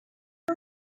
die